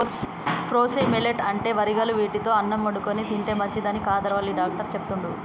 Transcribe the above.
proso millet అంటే వరిగలు వీటితో అన్నం వండుకొని తింటే మంచిదని కాదర్ వల్లి డాక్టర్ చెపుతండు